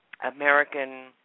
American